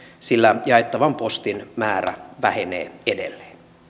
sillä jaettavan postin määrä vähenee edelleen